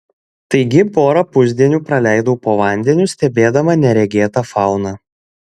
taigi porą pusdienių praleidau po vandeniu stebėdama neregėtą fauną